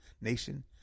nation